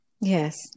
Yes